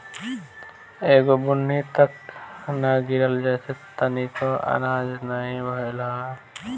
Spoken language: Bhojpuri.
एगो बुन्नी तक ना गिरल जेसे तनिको आनाज नाही भइल हवे